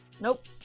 Nope